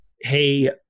hey